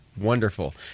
Wonderful